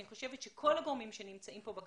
אני חושבת שכל הגורמים שנמצאים כאן,